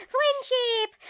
Friendship